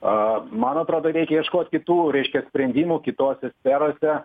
a man atrodo reikia ieškot kitų reiškia sprendimų kitose sferose